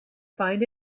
find